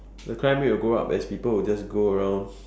the crime rate would go up as because people would just go around